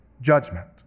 judgment